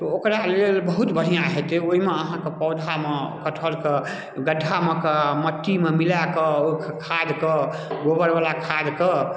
तऽ ओकरा लेल बहुत बढ़िआँ हेतै ओइमे अहाँके पौधामे कटहरके गड्ढामे कऽ मट्टीमे मिलाकऽ ओखख खादके गोबरवला खादके